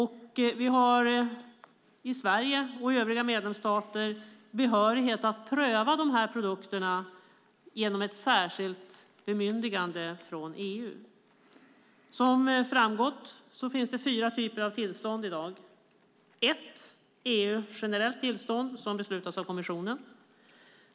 Vi har i Sverige och i övriga medlemsstater behörighet att pröva produkterna genom ett särskilt bemyndigande från EU. Som har framgått finns fyra typer av tillstånd i dag. Det finns ett EU-generellt tillstånd som beslutas av kommissionen.